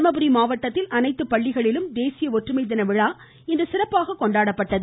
தருமபுரி மாவட்டத்தில் அனைத்து பள்ளிகளிலும் தேசிய ஒற்றுமை தினவிழா இன்று சிறப்பாக கொண்டாடப்பட்டது